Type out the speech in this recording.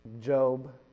Job